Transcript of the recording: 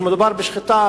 כאשר מדובר בשחיטה,